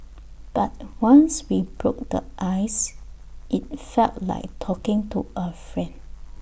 but once we broke the ice IT felt like talking to A friend